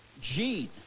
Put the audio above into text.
gene